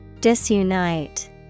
Disunite